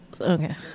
Okay